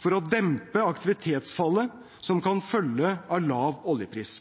for å dempe aktivitetsfallet som kan følge av lav oljepris.